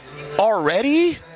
Already